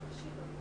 מצדי, תנו לי